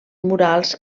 murals